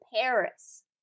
Paris